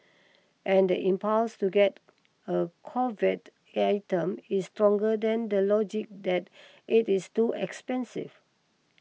and the impulse to get a coveted item is stronger than the logic that it is too expensive